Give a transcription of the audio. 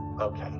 Okay